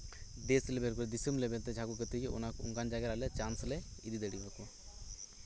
ᱫᱮᱥ ᱞᱮᱵᱮᱞ ᱫᱤᱥᱚᱢ ᱞᱮᱵᱮᱞ ᱡᱟᱦᱟᱸ ᱠᱚ ᱜᱟᱛᱮᱡᱚᱜ ᱚᱱᱠᱟᱱ ᱡᱟᱭᱜᱟ ᱨᱮ ᱟᱞᱮ ᱪᱟᱱᱥ ᱞᱮ ᱤᱫᱤ ᱫᱟᱲᱮ ᱟᱠᱚ